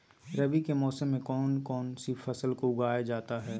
रवि के मौसम में कौन कौन सी फसल को उगाई जाता है?